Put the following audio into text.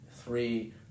three